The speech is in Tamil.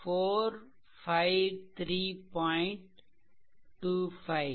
642 4 453